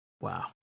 wow